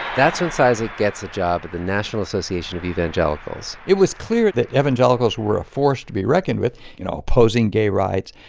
that's when cizik gets a job at the national association of evangelicals it was clear that evangelicals were a force to be reckoned with you know, opposing gay rights,